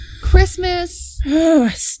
Christmas